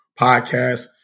podcast